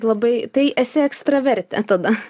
labai tai esi ekstravertė tada